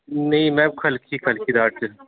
नेईं मैम ख'लकी ख'लकी दाड़ च